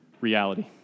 reality